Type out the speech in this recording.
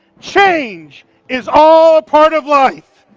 change is all a part of life.